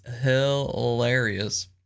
hilarious